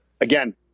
again